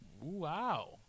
Wow